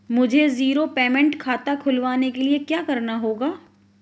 मुझे zero payment खाता खुलवाने के लिए क्या करना होगा?